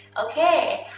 okay.